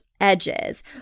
edges